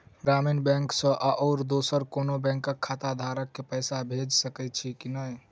ग्रामीण बैंक सँ आओर दोसर कोनो बैंकक खाताधारक केँ पैसा भेजि सकैत छी की नै?